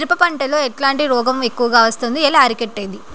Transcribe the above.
మిరప పంట లో ఎట్లాంటి రోగం ఎక్కువగా వస్తుంది? ఎలా అరికట్టేది?